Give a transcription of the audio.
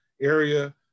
area